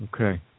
Okay